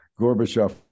Gorbachev